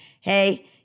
Hey-